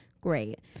great